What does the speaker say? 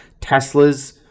tesla's